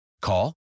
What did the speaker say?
Call